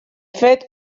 fet